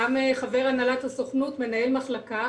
גם חבר הנהלת הסוכנות, מנהל מחלקה.